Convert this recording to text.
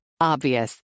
Obvious